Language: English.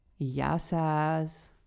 Yasas